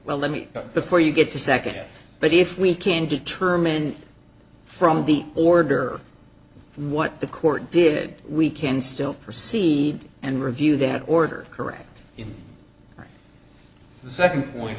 well let me know before you get to second but if we can determine from the order what the court did we can still proceed and review that order correct yes the second point